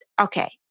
Okay